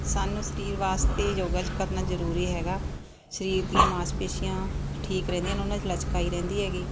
ਸਾਨੂੰ ਸਰੀਰ ਵਾਸਤੇ ਯੋਗਾ ਕਰਨਾ ਜ਼ਰੂਰੀ ਹੈਗਾ ਸਰੀਰ ਦੀਆਂ ਮਾਸਪੇਸ਼ੀਆਂ ਠੀਕ ਰਹਿੰਦੀਆਂ ਨੇ ਉਨ੍ਹਾਂ 'ਚ ਲਚਕ ਆਈ ਰਹਿੰਦੀ ਹੈਗੀ